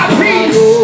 peace